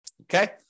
okay